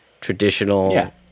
traditional –